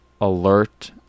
alert